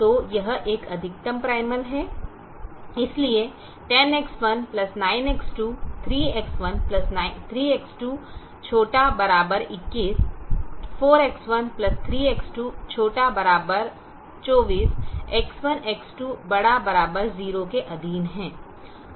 तो यह एक अधिकतम प्राइमल है इसलिए 10X19X2 3X13X2 ≤ 21 4X13X2 ≤ 24 X1 X2 ≥ 0 के अधीन है